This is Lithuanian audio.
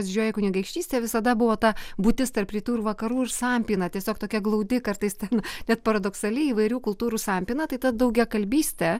didžioji kunigaikštystė visada buvo ta būtis tarp rytų ir vakarų ir sampyna tiesiog tokia glaudi kartais ten net paradoksali įvairių kultūrų sampyna tai ta daugiakalbystė